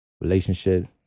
relationship